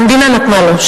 שהמדינה נתנה לו,